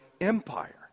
Empire